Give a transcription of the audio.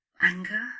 anger